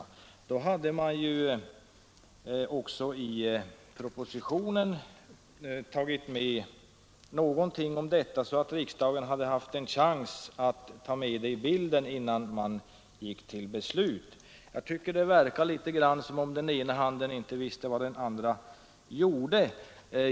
I annat fall hade man ju också tagit med någonting därom i propositionen, så att riksdagen haft en chans att ta med det i bedömningen innan den gick till beslut. Jag tycker att det verkar litet grand som om den ena handen inte visste vad den andra gjorde.